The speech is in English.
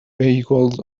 vehicles